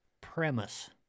premise